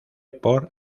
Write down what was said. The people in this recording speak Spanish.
por